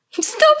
Stop